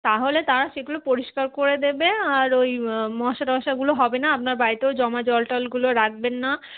তাহলে তারা সেগুলো পরিষ্কার করে দেবে আর ওই মশা টশাগুলো হবে না আপনার বাড়িতেও জমা জল টলগুলো রাখবেন না